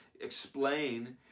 explain